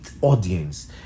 audience